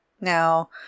Now